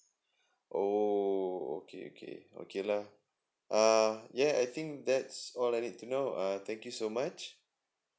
oh okay okay okay lah uh yeah I think that's all I need to know uh thank you so much